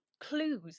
clues